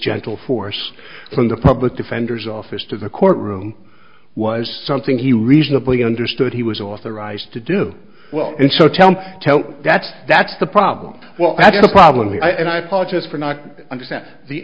gentle force from the public defender's office to the court room was something he reasonably understood he was authorized to do well and so tell me that that's the problem well at a problem and i apologise for not understand the